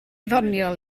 ddoniol